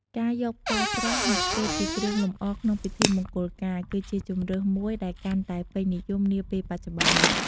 ការយកផ្កាស្រស់ មកធ្វើជាគ្រឿងលម្អក្នុងពិធីមង្គលការ គឺជាជម្រើសមួយដែលកាន់តែពេញនិយមនាពេលបច្ចុប្បន្ន ។